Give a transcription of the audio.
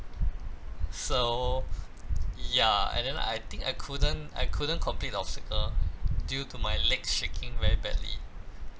so ya and then I think I couldn't I couldn't complete the obstacle due to my legs shaking very badly